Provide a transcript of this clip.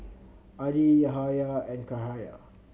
Adi Yahaya and Cahaya